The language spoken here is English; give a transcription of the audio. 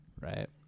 right